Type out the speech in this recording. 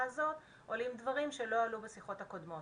הזאת עולים דברים שלא עלו בשיחות הקודמות.